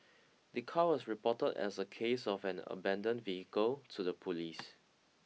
the car was reported as a case of an abandoned vehicle to the police